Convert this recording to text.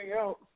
else